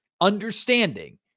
understanding